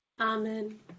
Amen